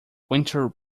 winter